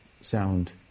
sound